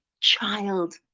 child